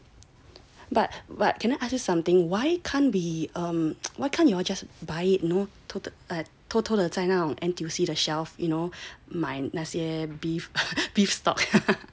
but but can I ask you something why can't be um why can't you all just buy it know to 偷偷地在那种 N_T_U_C the shelf you know 买那些 beef beef stock